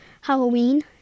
Halloween